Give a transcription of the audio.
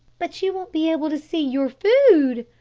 but you won't be able to see your food.